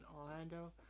Orlando